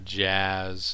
jazz